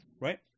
right